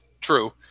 true